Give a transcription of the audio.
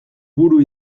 buru